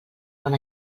bon